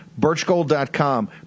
Birchgold.com